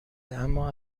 اما